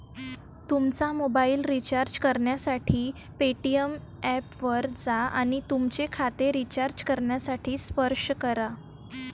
तुमचा mobile recharge करण्यासाठी Paytm ऐपवर जा आणि तुमचे खाते रिचार्ज करण्यासाठी स्पर्श करा